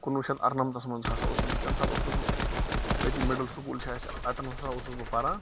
کُنوُہ شٮ۪تھ اَرنَمتس منٛز ہسا اوسُس بہٕ تَمہِ ساتہٕ اوسُس بہٕ أتی مِڈل سکوٗل چھُ اسہِ اَتیٚن ہسا اوسُس بہٕ پَران